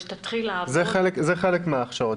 שתתחיל לעבוד --- זה חלק מההכשרות.